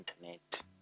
internet